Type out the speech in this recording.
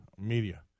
Media